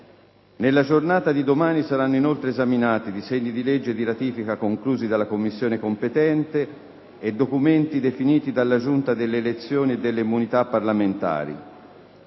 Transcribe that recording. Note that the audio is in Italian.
Nella giornata di domani saranno inoltre esaminati disegni di legge di ratifica conclusi dalla Commissione competente e documenti definiti dalla Giunta delle elezioni e delle immunità parlamentari.